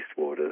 wastewater